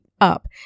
up